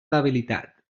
debilitat